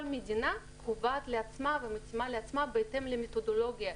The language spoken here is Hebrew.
כל מדינה קובעת לעצמה ומתאימה לעצמה בהתאם למתודולוגיה,